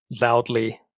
loudly